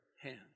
hands